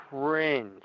Cringe